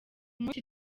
munsi